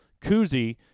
koozie